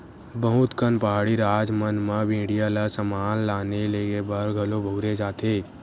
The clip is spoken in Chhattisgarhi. बहुत कन पहाड़ी राज मन म भेड़िया ल समान लाने लेगे बर घलो बउरे जाथे